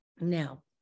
Now